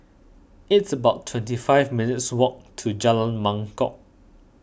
it's about twenty five minutes' walk to Jalan Mangkok